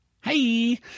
Hey